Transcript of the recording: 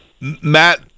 Matt